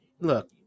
Look